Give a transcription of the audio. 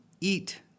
eat